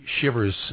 shivers